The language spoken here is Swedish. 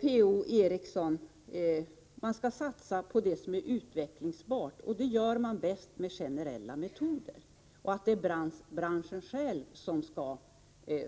Per-Ola Eriksson säger att man skall satsa på det som är utvecklingsbart, och det gör man bäst med generella metoder. Det är branschen själv